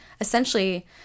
essentially